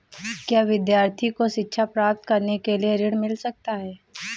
क्या विद्यार्थी को शिक्षा प्राप्त करने के लिए ऋण मिल सकता है?